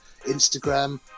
instagram